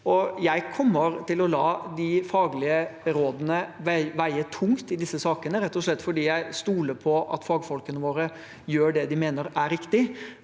Jeg kommer til å la de faglige rådene veie tungt i disse sakene, rett og slett fordi jeg stoler på at fagfolkene våre gjør det de mener er riktig.